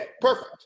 perfect